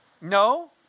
no